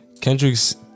Kendrick's